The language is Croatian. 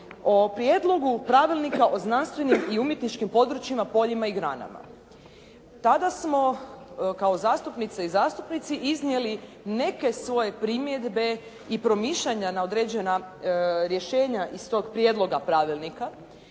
o Prijedlogu pravilnika o znanstvenim i umjetničkim područjima, poljima i granama. Tada smo kao zastupnice i zastupnici iznijeli neke svoje primjedbe i promišljanja na određena rješenja iz tog prijedloga pravilnika